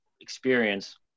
experience